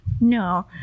No